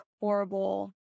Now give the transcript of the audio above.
horrible